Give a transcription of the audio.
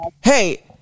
Hey